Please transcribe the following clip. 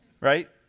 right